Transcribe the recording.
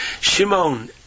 Shimon